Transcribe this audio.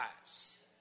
lives